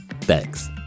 thanks